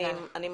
אני מבטיחה.